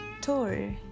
tour